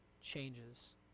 changes